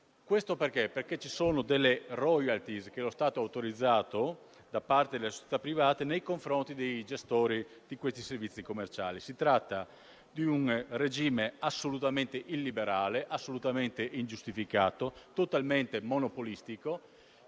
perché ci sono delle *royalties* che lo Stato ha autorizzato da parte della società private nei confronti dei gestori di questi servizi commerciali. Si tratta di un regime assolutamente illiberale, ingiustificato e totalmente monopolistico,